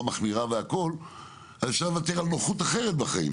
מחמירה אפשר לוותר על נוחות אחרת בחיים,